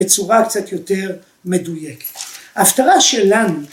‫בצורה קצת יותר מדויקת. ההפטרה שלנו...